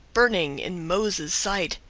burning in moses' sight,